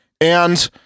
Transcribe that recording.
and-